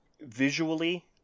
visually